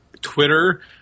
Twitter